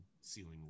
ceiling